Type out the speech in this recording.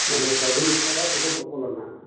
ᱢᱟᱱᱮ ᱥᱟᱹᱜᱩᱱ ᱞᱚᱴᱟ ᱫᱟᱜ ᱛᱮᱠᱚ ᱛᱚᱯᱚᱞᱟ ᱱᱟᱦᱟᱜ